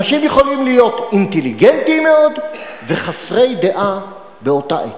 אנשים יכולים להיות אינטליגנטים מאוד וחסרי דעה באותה עת.